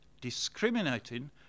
Discriminating